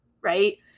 right